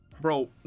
bro